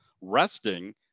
resting